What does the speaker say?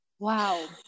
wow